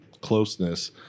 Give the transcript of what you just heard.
closeness